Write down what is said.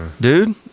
dude